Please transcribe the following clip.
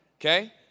Okay